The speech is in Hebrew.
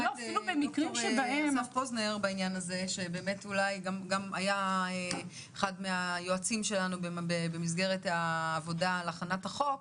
נדבר גם עם אסף פוזנר שהיה אחד היועצים שלנו בהכנת החוק,